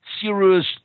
serious